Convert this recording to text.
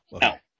Now